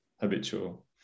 habitual